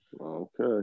Okay